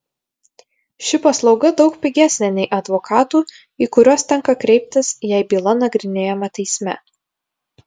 ši paslauga daug pigesnė nei advokatų į kuriuos tenka kreiptis jei byla nagrinėjama teisme